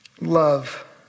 love